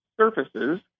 surfaces